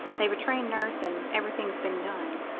they've a trained nurse and everything's been done.